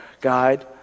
guide